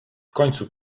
końcu